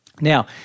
Now